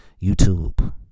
YouTube